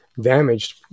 damaged